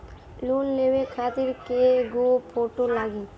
Loan लेवे खातिर कै गो फोटो लागी?